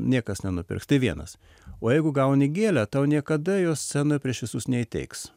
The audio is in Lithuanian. niekas nenupirks tai vienas o jeigu gauni gėlę tau niekada jos scenoj prieš visus neįteiks